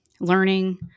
learning